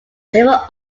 several